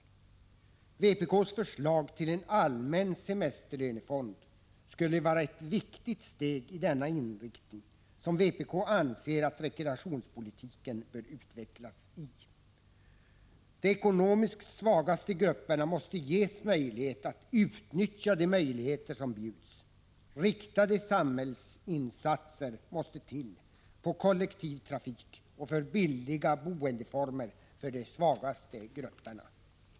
Vpk:s förslag till en allmän semesterlönefond skulle vara ett viktigt steg i den riktning som vpk anser att rekreationspolitiken bör utvecklas. De ekonomiskt svagaste grupperna måste ges möjlighet att utnyttja de möjligheter som bjuds. Riktade samhällsinsatser måste till för kollektivtrafik och för billigare boendeformer för de svagaste grupperna.